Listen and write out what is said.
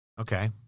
Okay